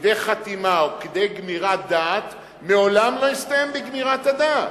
לכדי חתימה או כדי גמירת דעת מעולם לא הסתיים בגמירת הדעת,